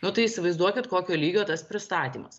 nu tai įsivaizduokit kokio lygio tas pristatymas